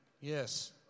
Yes